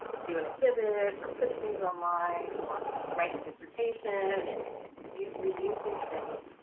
do an exhibit or put things online or write your dissertation and you reuse these things.